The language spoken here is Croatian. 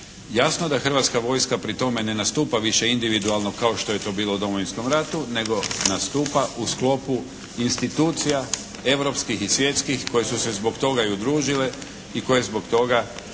Jasno da hrvatska vojska pri tome ne nastupa više individualno kao što je to bilo u Domovinskom ratu nego nastupa u sklopu institucija europskih i svjetskih koje su se zbog toga udružile i koje zbog toga